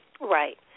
Right